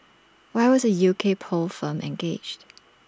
why was A U K poll firm engaged